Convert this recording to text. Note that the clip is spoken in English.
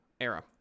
era